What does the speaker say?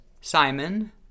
Simon